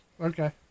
Okay